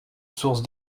source